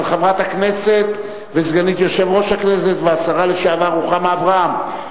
של חברת הכנסת וסגנית יושב-ראש הכנסת והשרה לשעבר רוחמה אברהם,